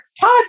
Todd